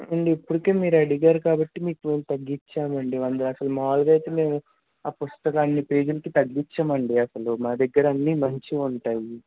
ఏమండి ఇప్పటికే మీరు అడిగారు కాబట్టి మీకు తగ్గించామండి వంద అసలు మాములుగా అయితే మేము ఆ పుస్తకం అన్ని పేజీలకి తగ్గించమండి అసలు మా దగ్గర అన్నీ మంచివి ఉంటాయి